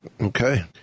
Okay